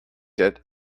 did